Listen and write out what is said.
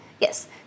Yes